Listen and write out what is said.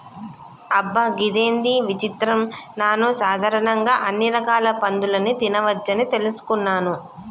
అబ్బ గిదేంది విచిత్రం నాను సాధారణంగా అన్ని రకాల పందులని తినవచ్చని తెలుసుకున్నాను